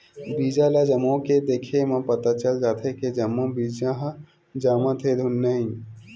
बीजा ल जमो के देखे म पता चल जाथे के जम्मो बीजा ह जामत हे धुन नइ